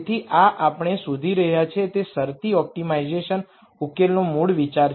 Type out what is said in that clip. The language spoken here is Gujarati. તેથી આ આપણે શોધી રહ્યા છીએ તે શરતી ઓપ્ટિમાઇઝેશન સોલ્યુશનનો મૂળ વિચાર છે